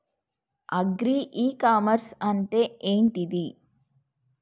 Agri e commerce అంటే ఏంటిది?